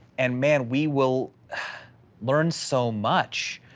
and man, we will learn so much.